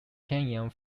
canyon